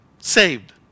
saved